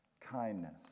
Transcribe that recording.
kindness